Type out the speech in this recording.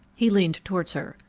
he leaned towards her.